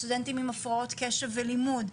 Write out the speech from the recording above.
סטודנטים עם הפרעות קשב ולימוד.